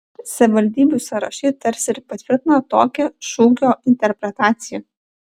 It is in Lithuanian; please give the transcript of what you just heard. savivaldybių sąrašai tarsi ir patvirtina tokią šūkio interpretaciją